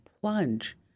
plunge